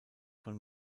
von